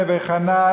"נווה חנה",